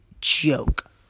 joke